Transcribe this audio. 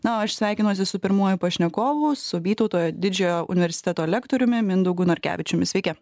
na o aš sveikinuosi su pirmuoju pašnekovu su vytauto didžiojo universiteto lektoriumi mindaugu norkevičiumi sveiki